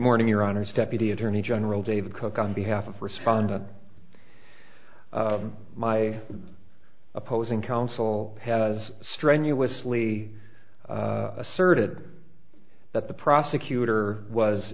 morning your honour's deputy attorney general david cook on behalf of respondent my opposing counsel has strenuously asserted that the prosecutor was